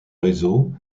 réseau